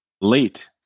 late